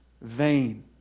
vain